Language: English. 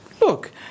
Look